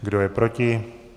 Kdo je proti?